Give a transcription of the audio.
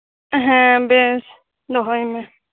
ᱦᱮᱸ ᱵᱮᱥ ᱫᱚᱦᱚᱭ ᱢᱮ